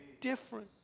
different